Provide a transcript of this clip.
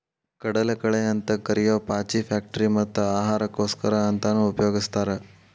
ಕಡಲಕಳೆ ಅಂತ ಕರಿಯೋ ಪಾಚಿ ಫ್ಯಾಕ್ಟರಿ ಮತ್ತ ಆಹಾರಕ್ಕೋಸ್ಕರ ಅಂತಾನೂ ಉಪಯೊಗಸ್ತಾರ